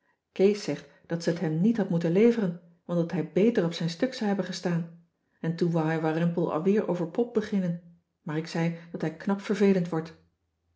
kees zegt dat ze het hem niet had moeten leveren want dat hij beter op zijn stuk zou hebben gestaan en toen wou hij warempel al weer over pop beginnen maar ik zei dat hij knap vervelend wordt